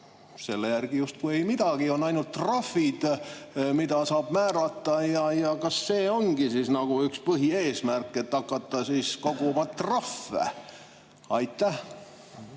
selle järgi justkui ei midagi. On ainult trahvid, mida saab määrata. Kas see ongi üks põhieesmärk, et hakata koguma trahve? Aitäh!